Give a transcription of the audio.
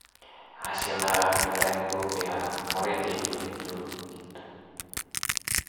Hasil eme nggo pe ngo rede poli hitu, nggitu.